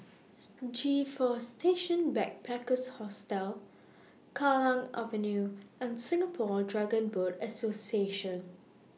G four Station Backpackers Hostel Kallang Avenue and Singapore Dragon Boat Association